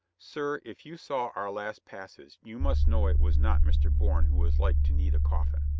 sir, if you saw our last passes, you must know it was not mr. bourne who was like to need a coffin.